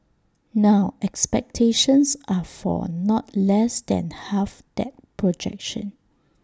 now expectations are for not less than half that projection